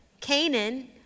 Canaan